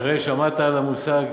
אראל, שמעת על המושג